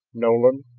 nolan,